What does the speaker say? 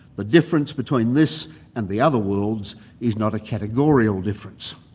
the difference between this and the other worlds is not a categorial difference.